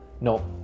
no